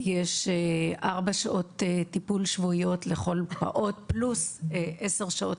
יש ארבע שעות טיפול שבועיות לכל פעוט פלוס עשר שעות